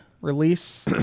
release